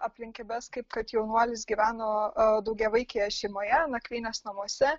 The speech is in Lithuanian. aplinkybes kaip kad jaunuolis gyveno daugiavaikėje šeimoje nakvynės namuose